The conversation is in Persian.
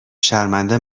شرمنده